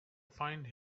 find